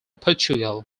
portugal